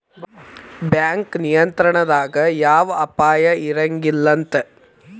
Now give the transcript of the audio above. bank ನಿಯಂತ್ರಣದಾಗಿದ್ರ ಯವ್ದ ಅಪಾಯಾ ಇರಂಗಿಲಂತ್